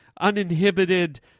uninhibited